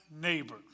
neighbor